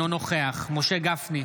אינו נוכח משה גפני,